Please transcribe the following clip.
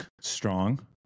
strong